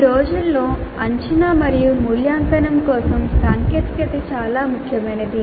ఈ రోజుల్లో అంచనా మరియు మూల్యాంకనం కోసం సాంకేతికత చాలా ముఖ్యమైనది